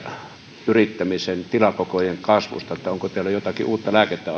metsäyrittämisen tilakokojen kasvusta onko teillä jotakin uutta lääkettä